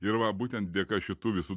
ir va būtent dėka šitų visų